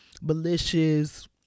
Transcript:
malicious